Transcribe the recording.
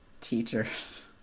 teachers